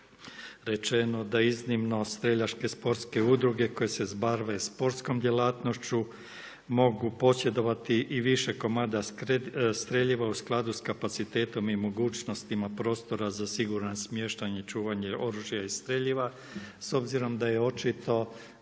rečeno da „iznimno streljačke sportske udruge koje se bave sportskom djelatnošću mogu posjedovati i više komada streljiva u skladu sa kapacitetom i mogućnostima prostora za siguran smještaj čuvanja oružja i streljiva“ s obzirom da je očito